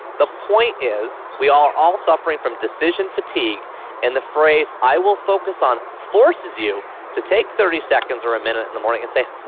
the point is we are all suffering from decision fatigue and the phrase i will focus on forces you to take thirty seconds or a minute in the morning and say, hmm.